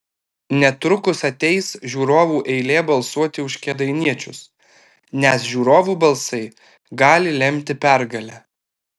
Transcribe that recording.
netrukus ateis žiūrovų eilė balsuoti už kėdainiečius nes žiūrovų balsai gali lemti pergalę